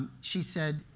she said,